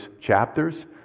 chapters